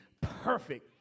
perfect